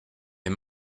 est